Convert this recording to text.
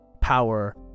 power